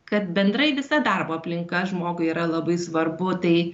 kad bendrai visa darbo aplinka žmogui yra labai svarbu tai